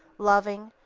loving,